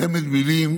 צמד מילים